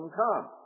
come